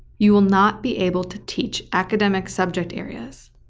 you will not be able to teach academic subject areas.